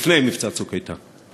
לפני מבצע "צוק איתן"?